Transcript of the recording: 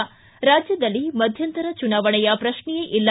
ಿಗಿ ರಾಜ್ಯದಲ್ಲಿ ಮಧ್ಯಂತರ ಚುನಾವಣೆ ಪ್ರಶ್ನೇಯೇ ಇಲ್ಲ